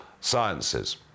sciences